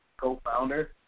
Co-founder